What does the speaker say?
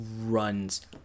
runs